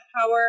power